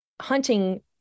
hunting